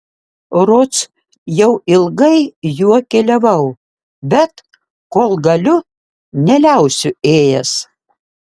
rods jau ilgai juo keliavau bet kol galiu neliausiu ėjęs